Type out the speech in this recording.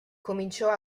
cominciò